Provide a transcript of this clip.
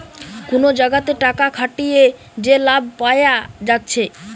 কুনো জাগাতে টাকা খাটিয়ে যে লাভ পায়া যাচ্ছে